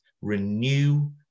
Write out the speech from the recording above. renew